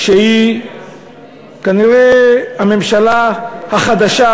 כנראה הממשלה החדשה,